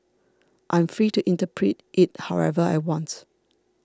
I am free to interpret it however I want